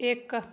ਇੱਕ